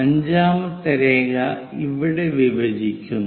അഞ്ചാമത്തെ രേഖ ഇവിടെ വിഭജിക്കുന്നു